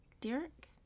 Derek